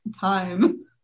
time